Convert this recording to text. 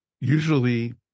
Usually